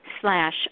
slash